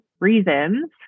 reasons